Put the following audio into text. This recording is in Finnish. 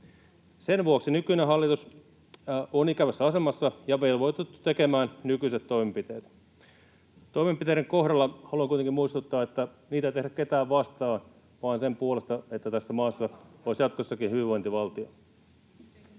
Sen vuoksi nykyinen hallitus on ikävässä asemassa ja velvoitettu tekemään nykyiset toimenpiteet. Toimenpiteiden kohdalla haluan kuitenkin muistuttaa, että niitä ei tehdä ketään vastaan vaan sen puolesta, että tässä maassa olisi jatkossakin hyvinvointivaltio.